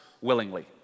willingly